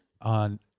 on